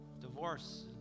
divorce